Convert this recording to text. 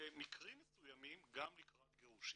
ובמקרים מסוימים, גם לקראת גירושין.